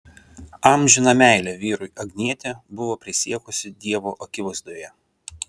amžiną meilę vyrui agnietė buvo prisiekusi dievo akivaizdoje